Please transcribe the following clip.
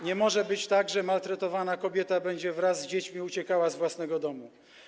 Nie może być tak, że maltretowana kobieta będzie wraz z dziećmi uciekała z własnego domu.